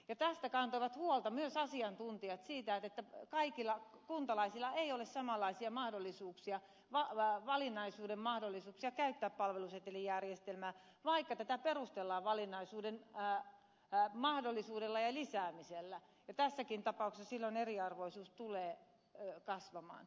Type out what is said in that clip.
tästä kantoivat huolta myös asiantuntijat että kaikilla kuntalaisilla ei ole samanlaisia valinnaisuuden mahdollisuuksia käyttää palvelusetelijärjestelmää vaikka tätä perustellaan valinnaisuuden mahdollisuudella ja lisäämisellä ja tässäkin tapauksessa silloin eriarvoisuus tulee kasvamaan